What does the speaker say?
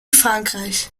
frankreich